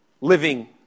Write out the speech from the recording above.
living